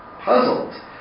puzzled